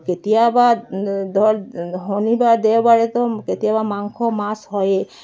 কেতিয়াবা ধৰ শনিবাৰ দেওবাৰেতো কেতিয়াবা মাংস মাছ হয়ে